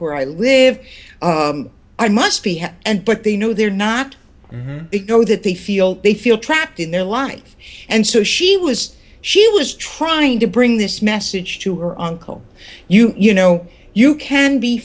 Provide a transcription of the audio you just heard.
core i live i must be had and but they know they're not to go that they feel they feel trapped in their life and so she was she was trying to bring this message to her uncle you you know you can be